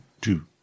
two